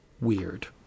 weird